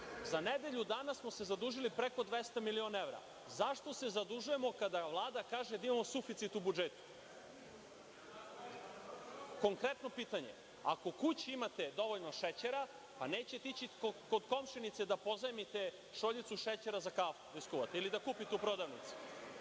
Za nedelju dana smo se zadužili preko 200 miliona evra. Zašto se zadužujemo, kada Vlada kaže da imamo suficit u budžetu? Konkretno pitanje, ako kući imate dovoljno šećera, nećete ići kod komšinice da pozajmite šoljicu šećera za kafu da skuvate, ili da kupite u prodavnici.